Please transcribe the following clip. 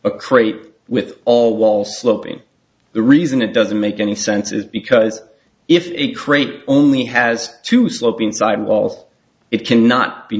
a crate with all wall sloping the reason it doesn't make any sense is because if a crate only has two sloping side walls it cannot be